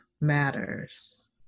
matters